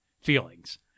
feelings